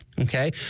Okay